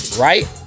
Right